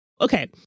Okay